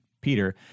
Peter